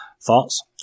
thoughts